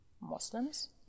Muslims